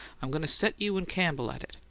i'm going to set you and campbell at it.